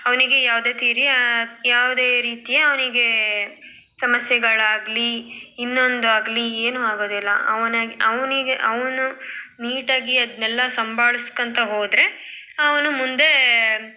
ಅವನಿಗೆ ಯಾವುದೇ ರೀತಿಯ ಯಾವುದೇ ರೀತಿಯ ಅವನಿಗೆ ಸಮಸ್ಯೆಗಳಾಗಲಿ ಇನ್ನೊಂದಾಗಲಿ ಏನೂ ಆಗೋದಿಲ್ಲ ಅವನಾಗಿ ಅವನಿಗೆ ಅವನು ನೀಟಾಗಿ ಅದನ್ನೆಲ್ಲ ಸಂಭಾಳಿಸ್ಕೊಂತ ಹೋದರೆ ಅವನು ಮುಂದೆ